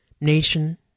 Nation